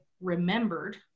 remembered